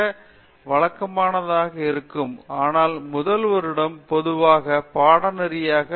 பேராசிரியர் உஷா மோகன் அது மிகவும் வழக்கமானதாக இருக்கும் ஆனால் முதல் வருடம் பொதுவாக பாடநெறியைப் பெற்று வருகிறது